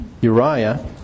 Uriah